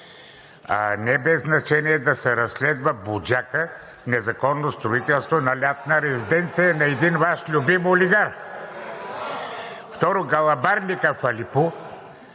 Не е без значение да се разследва Буджака – незаконното строителство на лятната резиденция на един Ваш любим олигарх. Второ, гълъбарникът в Алепу